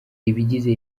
ibigize